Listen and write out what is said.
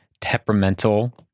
temperamental